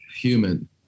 human